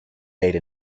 made